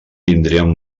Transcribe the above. vindrien